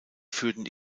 führten